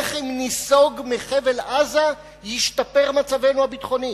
איך אם ניסוג מחבל-עזה ישתפר מצבנו הביטחוני?